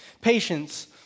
Patience